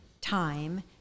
time